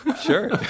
Sure